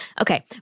Okay